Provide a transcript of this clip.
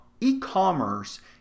e-commerce